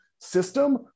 System